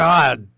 God